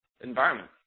environment